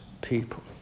people